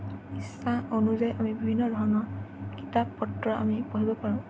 ইচ্ছা অনুযায়ী আমি বিভিন্ন ধৰণৰ কিতাপ পত্ৰ আমি পঢ়িব পাৰোঁ